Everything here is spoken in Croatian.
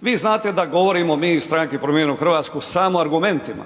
Vi znate da govorimo mi iz stranke Promijenimo Hrvatsku samo argumentima.